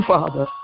Father